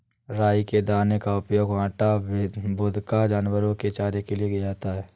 राई के दाने का उपयोग आटा, वोदका, जानवरों के चारे के लिए किया जाता है